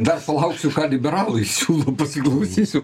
dar palauksiu ką liberalai siūlo pasiklausysiu